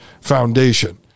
foundation